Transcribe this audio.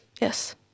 Yes